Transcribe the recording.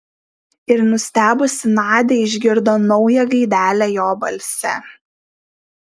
ir nustebusi nadia išgirdo naują gaidelę jo balse